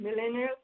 millennials